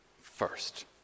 first